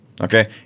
Okay